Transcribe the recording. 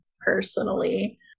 personally